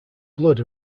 blood